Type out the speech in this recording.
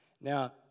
Now